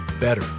better